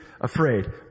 afraid